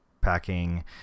packing